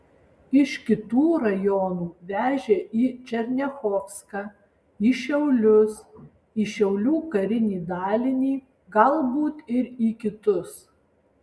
iš kitų rajonų vežė į černiachovską į šiaulius į šiaulių karinį dalinį galbūt ir į kitus